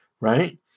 right